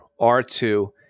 R2